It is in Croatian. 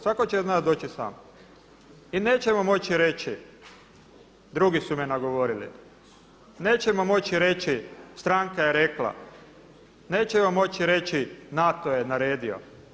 Svatko će od nas doći sam i nećemo moći reći drugi su me nagovorili, nećemo moći reći stranka je rekla, nećemo moći reći NATO je naredio.